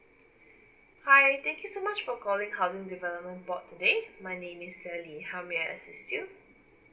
hi thank you so much for calling housing development board today my name is sally how may I assist you